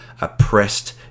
oppressed